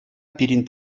пирӗн